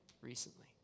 recently